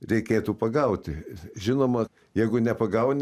reikėtų pagauti žinoma jeigu nepagauni